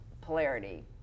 polarity